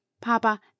Papa